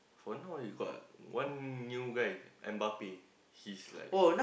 for now he got one new guy and Bape he's like